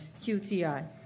QTI